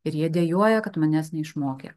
ir jie dejuoja kad manęs neišmokė